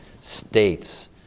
states